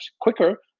quicker